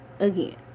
again